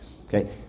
okay